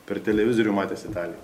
per televizorių matęs italiją